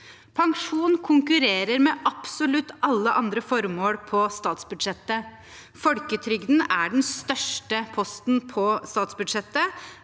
Pensjon konkurrerer med absolutt alle andre formål på statsbudsjettet. Folketrygden er den største posten på statsbudsjettet.